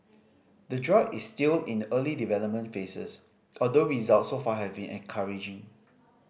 the drug is still in the early development phases although results so far have been encouraging